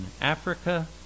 Africa